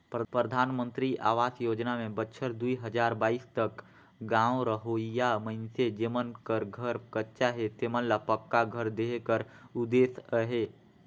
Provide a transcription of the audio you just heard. परधानमंतरी अवास योजना में बछर दुई हजार बाइस तक गाँव रहोइया मइनसे जेमन कर घर कच्चा हे तेमन ल पक्का घर देहे कर उदेस अहे